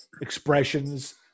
expressions